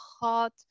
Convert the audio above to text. hot